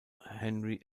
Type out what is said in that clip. henry